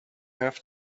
have